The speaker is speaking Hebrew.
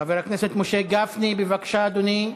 חבר הכנסת משה גפני, בבקשה, אדוני.